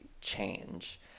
change